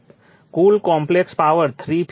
તેથી કુલ complex power three phase હશે